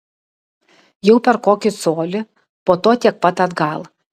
jau per kokį colį po to tiek pat atgal